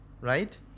right